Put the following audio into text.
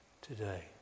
today